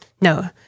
no